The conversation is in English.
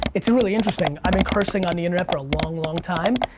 it's really interesting. i've been cursing on the internet for a long, long time.